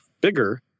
bigger